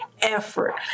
effort